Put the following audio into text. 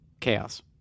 chaos